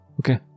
okay